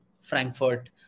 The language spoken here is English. Frankfurt